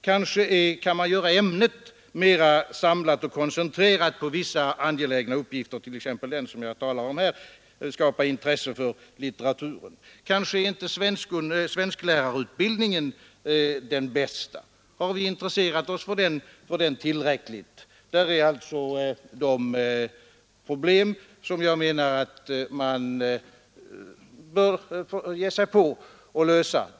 Kanske kan man göra ämnet mera samlat och koncentrerat när det gäller vissa angelägna uppgifter — t.ex. den som jag talar om här; att skapa intresse för litteraturen — kanske är inte svensklärarutbildningen den bästa. Har vi intresserat oss för den tillräckligt? Detta är problem som jag anser att man bör försöka lösa.